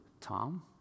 tom